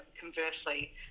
conversely